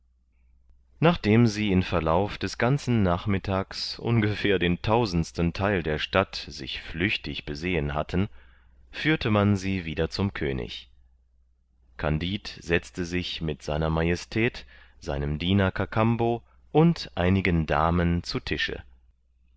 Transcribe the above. nachdem sie im verlauf des ganzen nachmittags ungefähr den tausendsten theil der stadt sich flüchtig besehen hatten führte man sie wieder zum könig kandid setzte sich mit sr majestät seinem diener kakambo und einigen damen zu tische